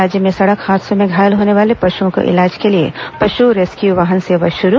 राज्य में सड़क हादसों में घायल होने वाले पशुओं के इलाज के लिए पशु रेस्क्यू वाहन सेवा शुरू